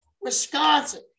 Wisconsin